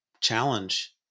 challenge